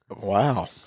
Wow